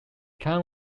khan